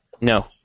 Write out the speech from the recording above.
No